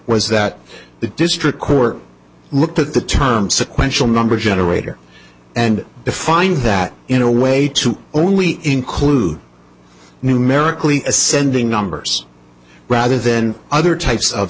was that the district court looked at the term sequential number generator and defined that in a way to only include numerically ascending numbers rather than other types of